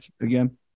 again